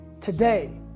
today